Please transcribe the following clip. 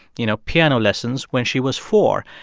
you know, piano lessons when she was four.